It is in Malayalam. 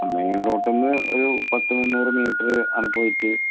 ആ മെയിൻ റോഡിൽ നിന്ന് ഒരു പത്ത് മുന്നൂറ് മീറ്റർ അങ്ങ് പോയിട്ട്